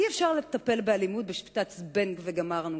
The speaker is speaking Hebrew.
אי-אפשר לטפל באלימות בשיטת "זבנג וגמרנו",